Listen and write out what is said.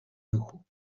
ruchu